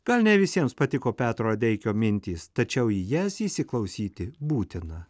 gal ne visiems patiko petro adeikio mintys tačiau į jas įsiklausyti būtina